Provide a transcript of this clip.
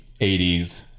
80s